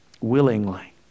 willingly